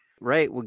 Right